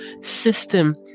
system